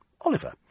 Oliver